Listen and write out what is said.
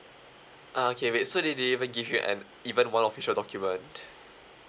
ah okay wait so they didn't even give you an even one official document